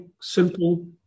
simple